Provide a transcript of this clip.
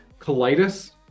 colitis